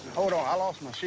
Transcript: hold on, i lost my shoe.